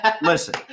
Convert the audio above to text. Listen